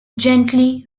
gently